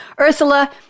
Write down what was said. Ursula